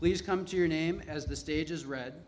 please come to your name as the stage is re